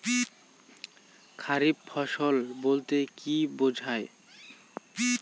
খারিফ ফসল বলতে কী বোঝায়?